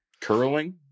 Curling